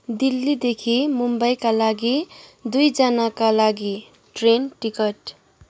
दिल्लीदेखि मुम्बईका लागि दुई जनाका लागि ट्रेन टिकट